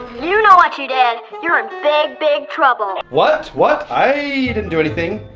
you know what you did. you're a big big trouble. what, what? i didn't do anything,